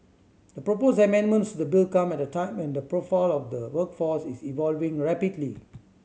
the proposed amendments the bill come at a time and the profile of the workforce is evolving rapidly